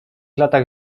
latach